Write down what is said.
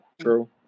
True